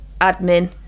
admin